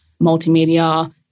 multimedia